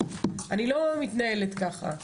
אני לא מתנהלת ככה,